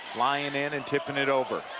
flying in and tipping it over.